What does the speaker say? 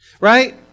Right